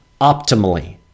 optimally